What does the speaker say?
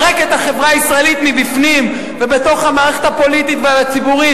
כולם מבינים את מה שהציבור הישראלי